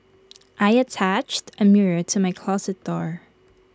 I attached A mirror to my closet door